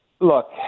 look